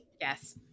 Yes